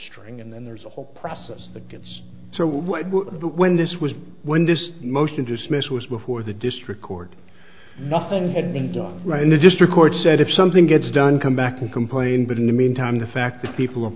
string and then there's a whole process the gets so that when this was when this motion dismissed was before the district court nothing had been done right and the district court said if something gets done come back and complain but in the meantime the fact that people are